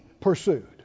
pursued